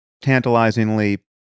tantalizingly